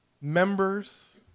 members